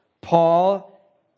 Paul